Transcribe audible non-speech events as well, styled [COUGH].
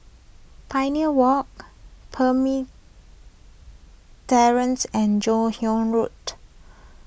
Pioneer Walk [UNINTELLIGIBLE] Terrace and Joon Hiang Road